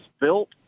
built